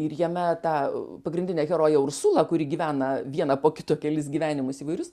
ir jame tą pagrindinę heroję ursulą kuri gyvena vieną po kito kelis gyvenimus įvairius